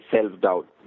self-doubt